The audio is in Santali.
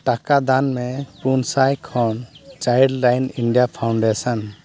ᱴᱟᱠᱟ ᱫᱟᱱᱢᱮ ᱯᱩᱱᱥᱟᱭ ᱠᱷᱚᱱ ᱪᱟᱭᱤᱞᱰᱞᱟᱭᱤᱱ ᱤᱱᱰᱤᱭᱟ ᱯᱷᱟᱣᱩᱱᱰᱮᱥᱮᱱ